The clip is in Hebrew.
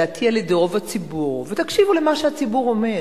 לדעתי על-ידי רוב הציבור, תקשיבו למה שהציבור אומר